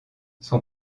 son